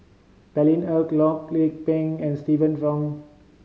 Paine Eric Loh Lik Peng and Stephanie Wong